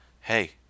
hey